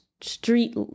street